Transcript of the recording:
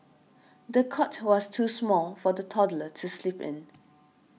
the cot was too small for the toddler to sleep in